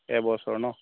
এবছৰ ন